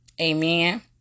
Amen